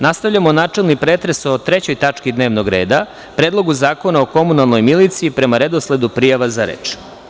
Nastavljamo načelni pretres o 3. tački dnevnog reda – PREDLOGU ZAKONA O KOMUNALNOJ MILICIJI, prema redosledu prijava za reč.